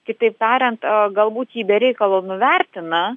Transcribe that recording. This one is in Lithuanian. kitaip tariant galbūt jį be reikalo nuvertina